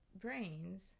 brains